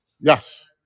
Yes